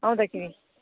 आउँदाखेरि